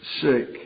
sick